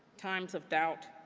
times of doubt,